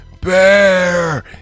Bear